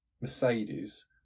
Mercedes